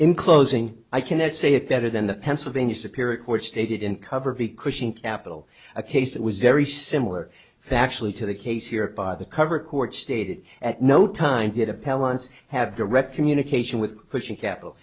in closing i cannot say it better than the pennsylvania superior court stated in cover b cushing capital a case that was very similar factually to the case here by the cover court stated at no time did appellants have direct communication with pushing capital